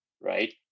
Right